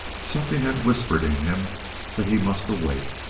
something had whispered in him that he must awake.